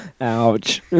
Ouch